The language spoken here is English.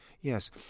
Yes